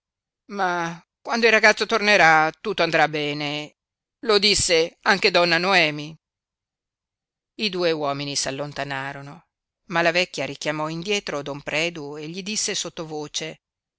ma quando il ragazzo tornerà tutto andrà bene lo disse anche donna noemi i due uomini s'allontanarono ma la vecchia richiamò indietro don predu e gli disse sottovoce